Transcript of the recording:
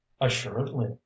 Assuredly